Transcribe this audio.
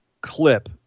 clip